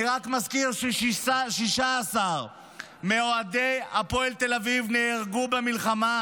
אני רק מזכיר ש-16 מאוהדי הפועל תל אביב נהרגו במלחמה.